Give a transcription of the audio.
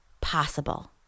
possible